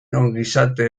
ongizate